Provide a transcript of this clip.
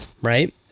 right